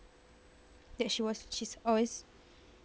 that she was she's always